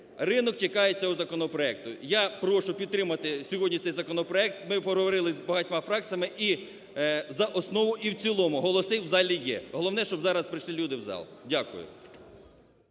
Ринок чекає цього законопроекту. Я прошу підтримати сьогодні цей законопроект, ми поговорили з багатьма фракціями, за основу і в цілому. Голоси в залі є. Головне, щоб зараз прийшли люди в зал. Дякую.